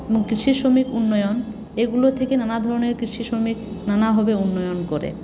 কৃষি শ্রমিক উন্নয়ন এগুলো থেকে নানা ধরণের কৃষি শ্রমিক নানাভাবে উন্নয়ন করে